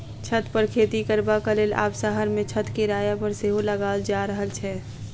छत पर खेती करबाक लेल आब शहर मे छत किराया पर सेहो लगाओल जा रहल छै